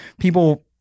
people